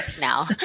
now